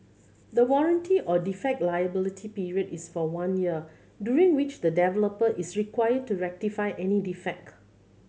the warranty or defect liability period is for one year during which the developer is required to rectify any defect